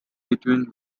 between